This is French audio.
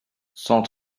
cent